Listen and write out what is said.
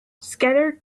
scattered